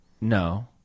No